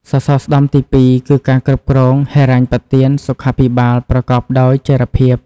សសរស្តម្ភទី២គឺការគ្រប់គ្រងហិរញ្ញប្បទានសុខាភិបាលប្រកបដោយចីរភាព។